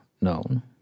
known